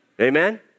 Amen